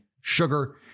sugar